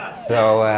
so,